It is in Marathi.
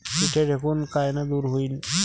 पिढ्या ढेकूण कायनं दूर होईन?